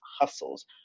hustles